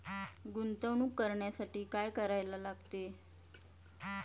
गुंतवणूक करण्यासाठी काय करायला लागते?